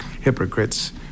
hypocrites